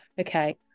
okay